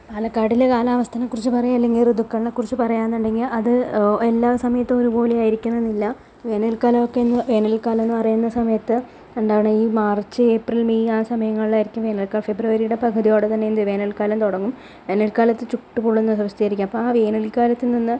പാലക്കാടിലെ കാലാവസ്ഥനെക്കുറിച്ച് പറയുക അല്ലെങ്കിൽ ഋതുക്കളെക്കുറിച്ച് പറയുകയാണെന്നുണ്ടെങ്കിൽ അത് എല്ലാ സമയത്തും ഒരു പോലെയായിരിക്കണമെന്നില്ല വേനൽക്കാലം ഒക്കെയെന്ന് വേനൽക്കാലം എന്നു പറയുന്ന സമയത്ത് എന്താണ് ഈ മാർച്ച് ഏപ്രിൽ മേയ് ആ സമയങ്ങളിലായിരിക്കും വേനൽക്കാലം ഫെബ്രുവരിയുടെ പകുതിയോടെ തന്നെ എന്ത് വേനൽക്കാലം തൊടങ്ങും വേനൽക്കാലത്ത് ചുട്ടുപൊള്ളുന്ന അവസ്ഥയായിരിക്കും അപ്പം ആ വേനൽക്കാലത്ത് നിന്ന്